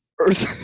Earth